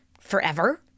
forever